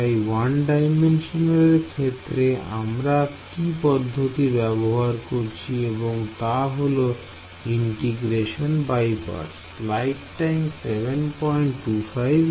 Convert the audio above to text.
তাই 1D র ক্ষেত্রে আমরা কি পদ্ধতি ব্যবহার করেছি এবং তা হল ইন্টিগ্রেশন বাইপার্টস